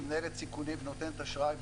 שהיא מנהלת סיכונים ונותנת אשראי,